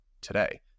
today